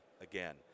again